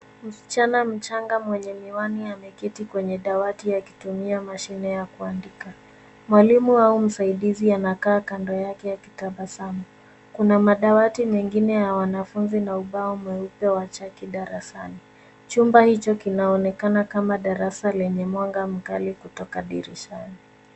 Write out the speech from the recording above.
Msichana mchanga mwenye miwani ameketi kwenye dawati akitumia mashine ya kuandika. Mwalimu au msaidizi anakaa kando yake akitabasamu. Kuna madawati mengine ya wanafunzi na ubao mweupe wa chaki darasani. Chumba hicho kinaonekana kama darasa lenye mwanga mkali kutoka dirishani.